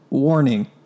warning